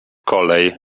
kolej